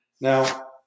Now